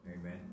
Amen